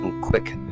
quick